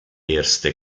erste